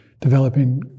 developing